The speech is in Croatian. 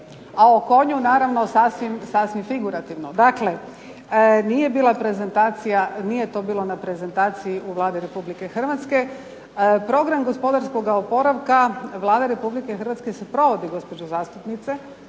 A o konju naravno sasvim figurativno. Dakle, nije bila prezentacija, nije to bilo na prezentaciji u Vladi Republike Hrvatske. Program gospodarskog oporavka Vlada Republike Hrvatske sprovodi gospođo zastupnice